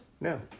No